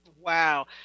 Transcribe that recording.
Wow